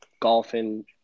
golfing